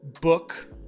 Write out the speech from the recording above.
book